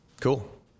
Cool